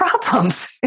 problems